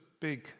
big